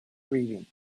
reading